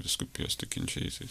vyskupijos tikinčiaisiais